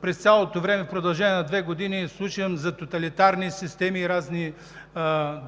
през цялото време – в продължение на две години, слушам за тоталитарни системи и разни